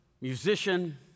musician